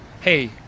hey